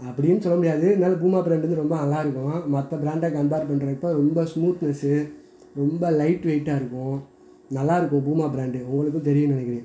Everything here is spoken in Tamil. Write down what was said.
அப்படின்னு சொல்ல முடியாது இருந்தாலும் பூமா ப்ராண்டு வந்து ரொம்ப நல்லா இருக்கும் மற்ற ப்ராண்டை கம்ப்பேர் பண்ணுறப்ப ரொம்ப ஸ்மூத்னெஸ்ஸு ரொம்ப லைட் வெயிட்டா இருக்கும் நல்லா இருக்கும் பூமா ப்ராண்டு உங்களுக்கும் தெரியும்னு நினைக்கிறேன்